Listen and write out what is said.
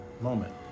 moment